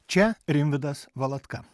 čia rimvydas valatka